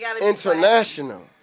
international